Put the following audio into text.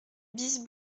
bis